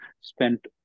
spent